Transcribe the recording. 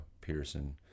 Pearson